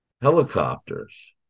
helicopters